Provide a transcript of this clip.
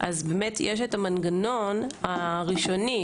באמת יש את המנגנון הראשוני.